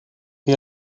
chi